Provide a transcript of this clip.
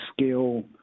skill